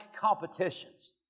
competitions